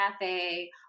cafe